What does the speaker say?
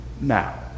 Now